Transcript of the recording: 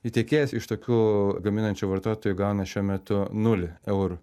ir tiekėjas iš tokių gaminančių vartotojų gauna šiuo metu nulį eurų